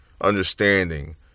Understanding